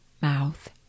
mouth